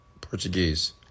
Portuguese